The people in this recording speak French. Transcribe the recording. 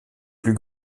plus